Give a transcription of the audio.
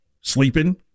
sleeping